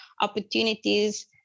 opportunities